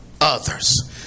others